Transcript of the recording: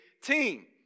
team